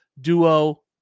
duo